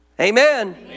Amen